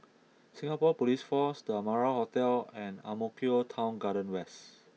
Singapore Police Force The Amara Hotel and Ang Mo Kio Town Garden West